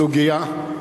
סוגיה,